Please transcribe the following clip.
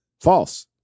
False